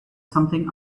something